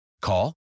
Call